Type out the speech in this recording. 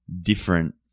different